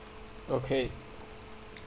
okay